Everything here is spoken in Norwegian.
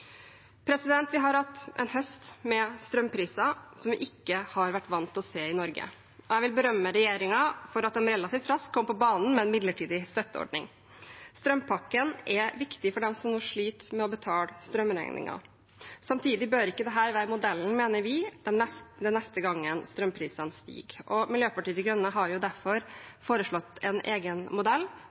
Vi har hatt en høst med strømpriser som vi ikke har vært vant til å se i Norge. Jeg vil berømme regjeringen for at de relativt raskt kom på banen med en midlertidig støtteordning. Strømpakken er viktig for dem som nå sliter med å betale strømregningen. Samtidig bør ikke dette være modellen, mener vi, den neste gangen strømprisene stiger. Miljøpartiet De Grønne har derfor foreslått en egen modell